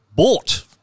Bought